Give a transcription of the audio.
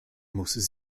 muss